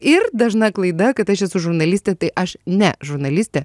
ir dažna klaida kad aš esu žurnalistė tai aš ne žurnalistė